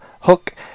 hook